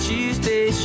Tuesday